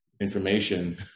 information